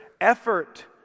effort